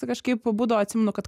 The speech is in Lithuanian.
kažkaip būdavo atsimenu kad